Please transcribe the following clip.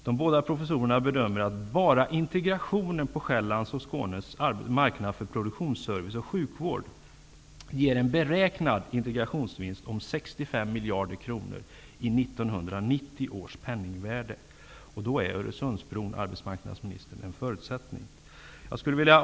De båda professorerna bedömer att bara integrationen av Sjaellands och Skånes marknad för produktionsservice och sjukvård ger en beräknad integrationsvinst om 65 miljarder kronor i 1990 års penningvärde. Och då är Öresundsbron en förutsättning, arbetsmarknadsministern.